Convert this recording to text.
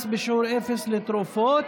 מס בשיעור אפס לתרופות).